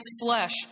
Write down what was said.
flesh